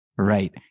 Right